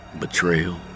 betrayal